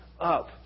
up